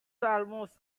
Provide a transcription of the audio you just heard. almost